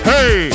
Hey